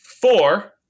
four